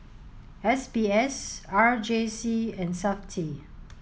S B S R J C and SAFTI